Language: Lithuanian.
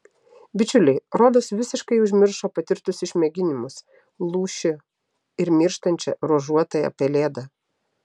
bičiuliai rodos visiškai užmiršo patirtus išmėginimus lūšį ir mirštančią ruožuotąją pelėdą